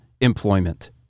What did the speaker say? employment